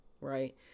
right